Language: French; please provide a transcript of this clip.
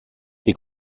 est